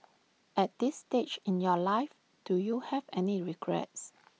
at this stage in your life do you have any regrets